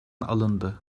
alındı